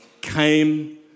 came